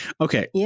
Okay